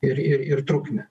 ir ir ir trukmę